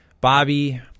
Bobby